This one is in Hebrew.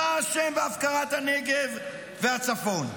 אתה אשם בהפקרת הנגב והצפון.